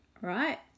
right